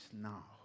now